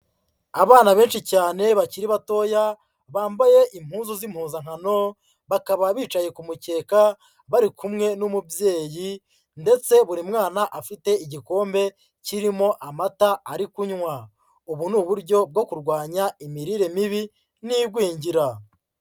Abana benshi cyane bakiri batoya bambaye impuzu z'impuzankano bakaba bicaye ku mukeka bari kumwe n'umubyeyi ndetse buri mwana afite igikombe kirimo amata ari kunywa, ubu ni uburyo bwo kurwanya imirire mibi n'igwingira.